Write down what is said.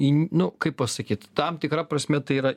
į nu kaip pasakyt tam tikra prasme tai yra